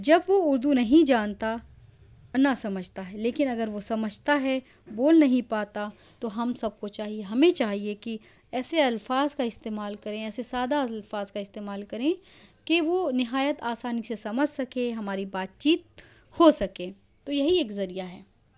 جب وہ اُردو نہیں جانتا نہ سمجھتا ہے لیکن اگر وہ سمجھتا ہے بول نہیں پاتا تو ہم سب کو چاہیے ہمیں چاہیے کہ ایسے الفاظ کا استعمال کریں ایسے سادہ الفاظ کا استعمال کریں کہ وہ نہایت آسانی سے سمجھ سکے ہماری بات چیت ہو سکے تو یہی ایک ذریعہ ہے